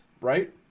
Right